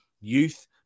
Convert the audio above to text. youth